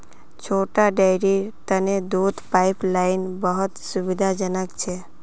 छोटा डेरीर तने दूध पाइपलाइन बहुत सुविधाजनक छ